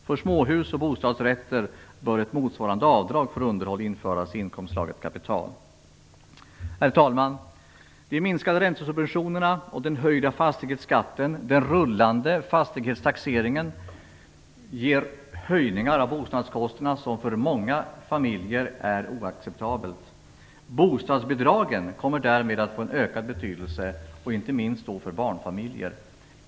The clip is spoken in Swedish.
För småhus och bostadsrätter bör ett motsvarande avdrag för underhåll införas i inkomstslaget kapital Herr talman! De minskade räntesubventionerna och den höjda fastighetsskatten, den rullande fastighetstaxeringen, ger höjningar av bostadskostnaderna som för många familjer är oacceptabel. Bostadsbidragen kommer därmed att få ökad betydelse, inte minst för barnfamiljer.